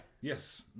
Yes